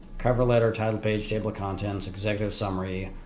cover letter, title page, table of contents, executive summary.